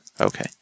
Okay